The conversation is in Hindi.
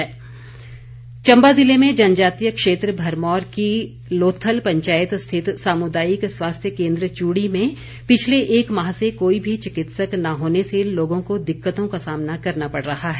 मांग चंबा ज़िले में जनजातीय क्षेत्र भरमौर की लोथल पंचायत स्थित सामुदायिक स्वास्थ्य केंद्र चूड़ी में पिछले एक माह से कोई भी चिकित्सक न होने से लोगों को दिक्कतों का सामना करना पड़ रहा है